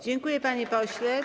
Dziękuję, panie pośle.